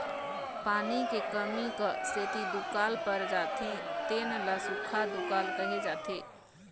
पानी के कमी क सेती दुकाल पर जाथे तेन ल सुक्खा दुकाल कहे जाथे